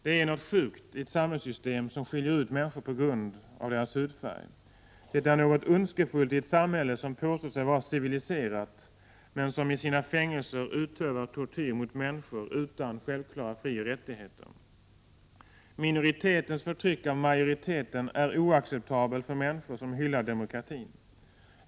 Det är något sjukt i ett samhällssystem som skiljer ut människor på grund av deras hudfärg. Det är något ondskefullt i ett samhälle som påstår sig vara civiliserat men som i sina fängelser utövar tortyr mot människor som saknar självklara frioch rättigheter. Minoritetens förtryck av majoriteten är oacceptabel för människor som hyllar demokratin.